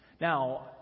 Now